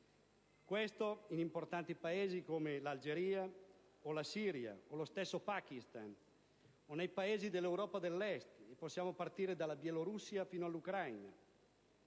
in importanti Paesi come l'Algeria o la Siria o lo stesso Pakistan o nei Paesi dell'Europa dell'Est, dalla Bielorussia fino all'Ucraina.